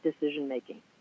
decision-making